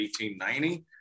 1890